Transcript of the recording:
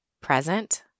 present